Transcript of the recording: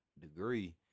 degree